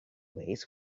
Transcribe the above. ways